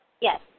Yes